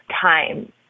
time